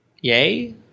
yay